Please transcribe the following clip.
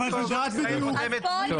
אבל יודעת בדיוק.